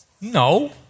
No